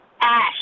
Ash